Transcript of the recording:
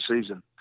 season